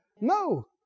No